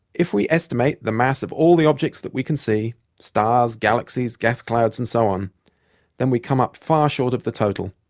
if we estimate the mass of all the objects that we can see stars, galaxies, gas-clouds and so on then we come up far short of the total.